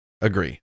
Agree